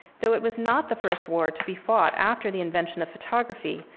though it was not the first war to be fought after the invention of photography,